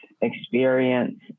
experience